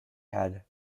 had